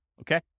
okay